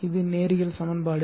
இது நேரியல் சமன்பாடு